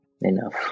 enough